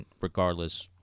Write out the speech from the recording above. regardless